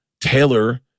Taylor